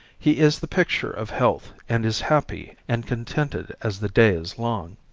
he is the picture of health and is happy and contented as the day is long.